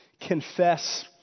confess